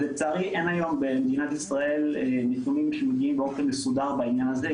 אז לצערי אין היום במדינת ישראל נתונים שמגיעים באופן מסודר בעניין הזה.